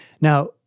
Now